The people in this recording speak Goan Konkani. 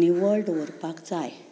निवळ दवरपाक जाय